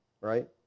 right